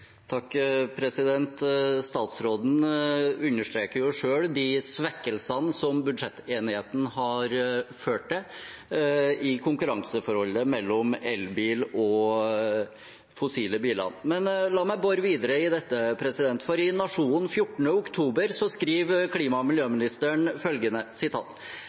Statsråden understreker jo selv de svekkelsene budsjettenigheten har ført til i konkurranseforholdet mellom elbil og fossilbiler. La meg bore videre i dette. I Nationen 14. oktober skriver klima- og miljøministeren følgende: